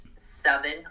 seven